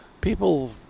people